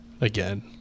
again